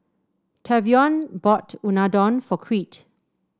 Tavion bought Unadon for Creed